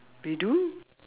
we do